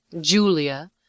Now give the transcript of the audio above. Julia